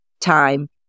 time